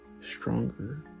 stronger